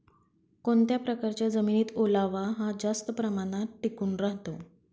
कोणत्या प्रकारच्या जमिनीत ओलावा हा जास्त प्रमाणात टिकून राहतो?